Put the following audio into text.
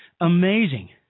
Amazing